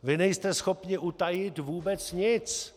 Vy nejste schopni utajit vůbec nic.